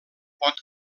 pot